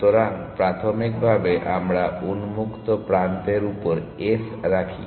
সুতরাং প্রাথমিকভাবে আমরা উন্মুক্ত প্রান্তের উপর s রাখি